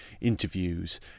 interviews